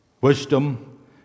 wisdom